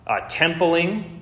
templing